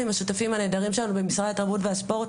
עם השותפים הנהדרים שלנו במשרד התרבות והספורט,